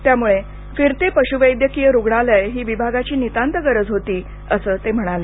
त्यामुळे फिरते पशुवेद्यकीय रुग्णालये ही विभागाची नितांत गरज होती असं ते म्हणाले